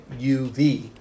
UV